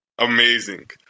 Amazing